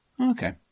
Okay